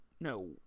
no